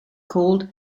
called